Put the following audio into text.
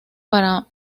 para